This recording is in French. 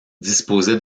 disposait